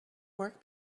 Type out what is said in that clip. work